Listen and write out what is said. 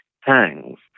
hangs